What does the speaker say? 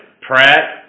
Pratt